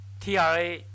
TRA